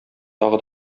тагы